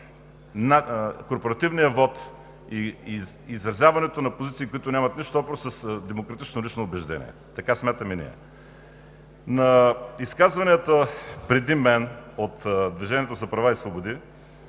корпоративния вот и изразяването на позиции, които нямат нищо общо с лично демократично убеждение – така смятаме ние. На изказванията преди мен от „Движението за права и свободи“,